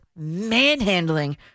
Manhandling